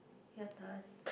your turn